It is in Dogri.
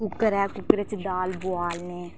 कुक्कर ऐ कुक्करै च दाल बोआलने